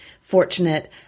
fortunate